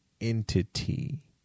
entity